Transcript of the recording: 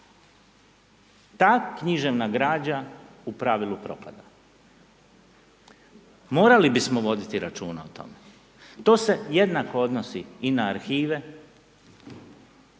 Ta književna građa u pravilu propada. Morali bismo voditi računa o tome, to se jednako odnosi i na arhive.